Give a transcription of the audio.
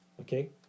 Okay